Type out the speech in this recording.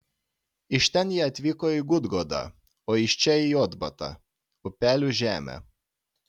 iš ten jie atvyko į gudgodą o iš čia į jotbatą upelių žemę